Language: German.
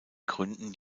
gründen